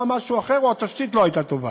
משהו אחר או התשתית לא הייתה טובה.